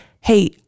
hey